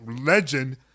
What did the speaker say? legend